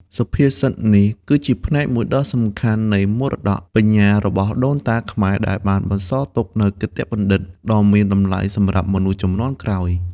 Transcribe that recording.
សុភាសិតនេះគឺជាផ្នែកមួយដ៏សំខាន់នៃមរតកបញ្ញារបស់ដូនតាខ្មែរ ដែលបានបន្សល់ទុកនូវគតិបណ្ឌិតដ៏មានតម្លៃសម្រាប់មនុស្សជំនាន់ក្រោយ។